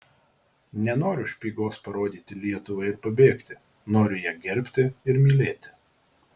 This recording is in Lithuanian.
nenoriu špygos parodyti lietuvai ir pabėgti noriu ją gerbti ir mylėti